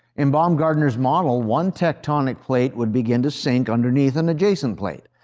in baumgardner's model, one tectonic plate would begin to sink underneath an adjacent plate.